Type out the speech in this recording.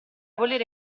volere